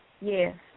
Yes